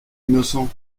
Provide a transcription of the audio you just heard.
innocent